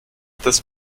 des